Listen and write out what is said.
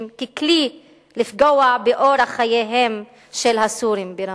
ככלי לפגוע באורח חייהם של הסורים ברמה.